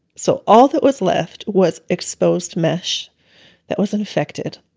so all that was left was exposed mesh that was infected.